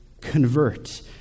convert